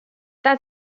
that